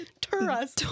Taurus